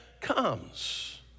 comes